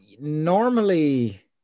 normally